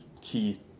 key